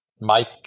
Mike